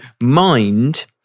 mind